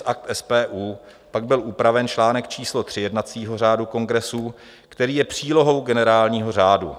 Akt SPU pak byl upraven článek 3 jednacího řádu kongresu, který je přílohou Generálního řádu.